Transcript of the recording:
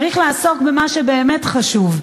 צריך לעסוק במה שבאמת חשוב: